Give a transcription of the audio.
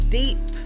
deep